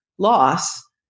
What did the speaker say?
loss